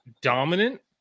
dominant